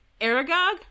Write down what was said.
Aragog